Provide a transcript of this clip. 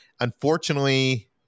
Unfortunately